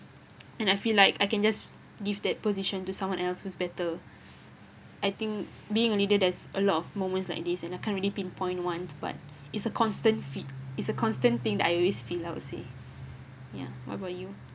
and I feel like I can just give that position to someone else who's better I think being a leader there is a lot of moments like this and I can't really pinpoint one but it's a constant feed it's a constant thing that I always feel I would say ya what about you